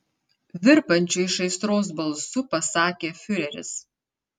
virpančiu iš aistros balsu pasakė fiureris